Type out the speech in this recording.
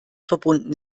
verbunden